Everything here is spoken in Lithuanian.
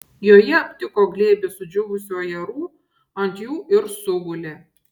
joje aptiko glėbį sudžiūvusių ajerų ant jų ir sugulė